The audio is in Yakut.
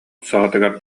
саҕатыгар